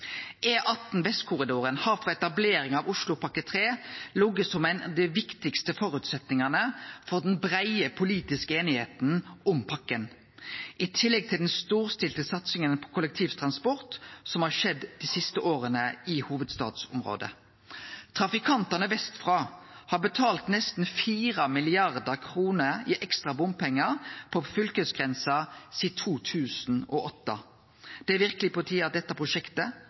Vestkorridoren har frå etableringa av Oslopakke 3 lege som ein av dei viktigaste føresetnadene for den breie politiske einigheita om pakka, i tillegg til den storstilte satsinga på kollektivtransport som har skjedd dei siste åra i hovudstadsområdet. Trafikantane vestfrå har betalt nesten 4 mrd. kr i ekstra bompengar på fylkesgrensa sidan 2008. Det er verkeleg på tide at dette prosjektet,